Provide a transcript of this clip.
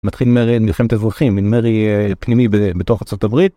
מתחיל מרד, מלחמת אזרחים, עם מרי פנימי בתוך ארצות הברית.